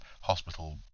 hospital